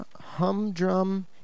Humdrum